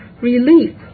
Relief